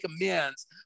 amends